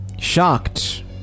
Shocked